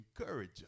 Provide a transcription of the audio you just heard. encourage